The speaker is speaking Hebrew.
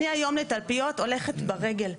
אני היום לתלפיות הולכת ברגל.